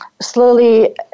slowly